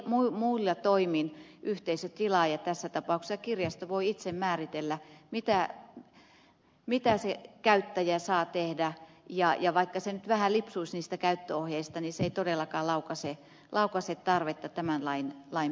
muilla toimin yhteisötilaaja tässä tapauksessa kirjasto voi itse määritellä mitä se käyttäjä saa tehdä ja vaikka se käyttäjä nyt vähän lipsuisi niistä käyttöohjeista niin se ei todellakaan laukaise tarvetta tämän lain pykälien käyttöönottoon